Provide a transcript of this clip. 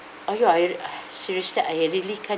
are you seriously I really can't